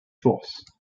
force